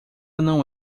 não